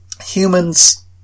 Humans